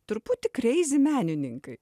truputį kreizi menininkai